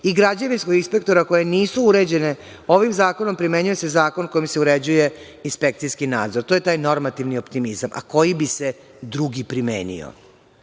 i građevinskog inspektora koje nisu uređene ovim zakonom primenjuje se zakon kojim se uređuje inspekcijski nadzor. To je taj normativni optimizam. A, koji bi se drugi primenio?